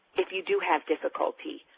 if you do have difficulty,